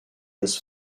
was